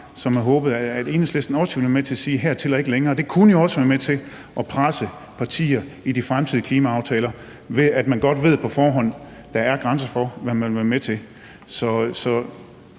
som havde håbet, at Enhedslisten også ville være med til at sige: Hertil og ikke længere! Det kunne jo også være med til at presse partier i de fremtidige klimaaftaler, ved at de på forhånd godt ved, at der er grænser for, hvad man vil være med til.